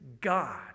God